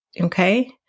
Okay